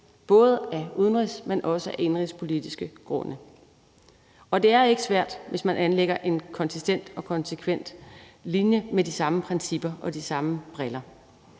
både af udenrigspolitiske, men også af indenrigspolitiske grunde. Og det er ikke svært, hvis man anlægger en konsistent og konsekvent linje med de samme principper og set med de samme briller.